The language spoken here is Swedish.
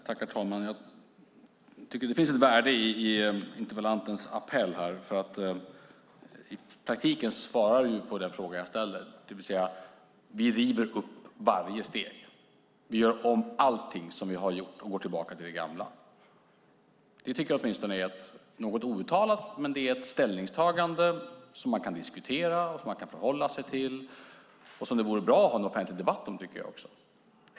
Herr talman! Det finns ett värde i interpellantens appell. I praktiken svarar han på den fråga jag ställer, det vill säga: Vi river upp varje steg. Vi gör om allting som ni har gjort och går tillbaka till det gamla. Det är åtminstone ett, något outtalat, ställningstagande som man kan diskutera och förhålla sig till och som det vore bra att ha en offentlig debatt om.